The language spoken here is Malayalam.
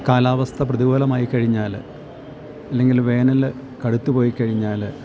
കാലാവസ്ഥ പ്രതികൂലമായി കഴിഞ്ഞാൽ അല്ലെങ്കിൽ വേനൽ കടുത്ത് പോയിക്കഴിഞ്ഞാൽ